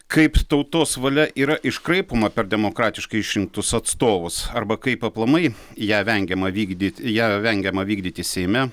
kaip tautos valia yra iškraipoma per demokratiškai išrinktus atstovus arba kaip aplamai ją vengiama vykdyt ją vengiama vykdyti seime